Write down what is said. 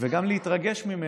וגם להתרגש ממנו,